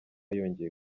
yongeye